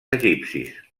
egipcis